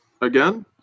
again